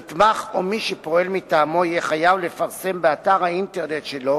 נתמך או מי שפועל מטעמו יהיה חייב לפרסם באתר האינטרנט שלו